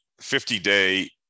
50-day